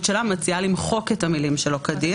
שלה מציעה למחוק את המילים "שלא כדין".